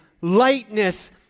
lightness